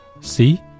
See